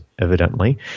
evidently